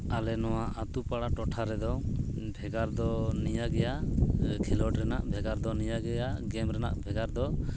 ᱟᱞᱮ ᱱᱚᱣᱟ ᱟᱹᱛᱩ ᱯᱟᱲᱟ ᱴᱚᱴᱷᱟ ᱨᱮᱫᱚ ᱵᱷᱮᱜᱟᱨ ᱫᱚ ᱱᱤᱭᱟᱹᱜᱮᱭᱟ ᱠᱷᱮᱞᱳᱰ ᱨᱮᱱᱟᱜ ᱵᱷᱮᱜᱟᱨ ᱫᱚ ᱱᱤᱭᱟᱹ ᱜᱮᱭᱟ ᱜᱮᱢ ᱨᱮᱱᱟᱜ ᱵᱷᱮᱜᱟᱨ ᱫᱚ